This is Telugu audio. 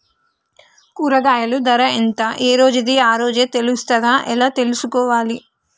కూరగాయలు ధర ఎంత ఏ రోజుది ఆ రోజే తెలుస్తదా ఎలా తెలుసుకోవాలి?